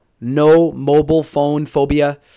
no-mobile-phone-phobia